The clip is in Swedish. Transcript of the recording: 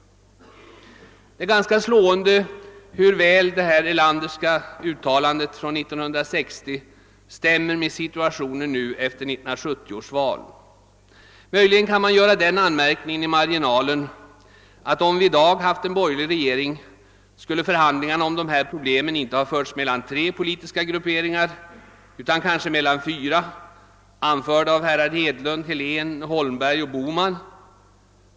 Det är ganska slående hur väl detta Erlanderska uttalande från 1960 stämmer med situationen nu efter 1970 års val. Möjligen kan man i marginalen göra den anmärkningen att om vi i dag haft en borgerlig regering, skulle förhandlingar om dessa problem inte ha förts mellan tre politiska grupperingar utan kanske mellan fyra, anförda av hoerrar Hedlund, Helén, Holmberg och Bohman.